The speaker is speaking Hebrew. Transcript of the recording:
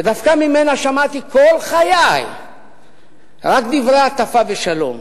ודווקא ממנה שמעתי כל חיי רק דברי הטפה ושלום.